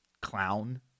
clown